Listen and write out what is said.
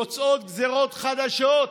יוצאות גזרות חדשות,